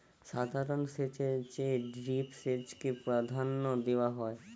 সাধারণ সেচের চেয়ে ড্রিপ সেচকে প্রাধান্য দেওয়া হয়